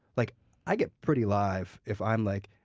like i get pretty live if i'm like,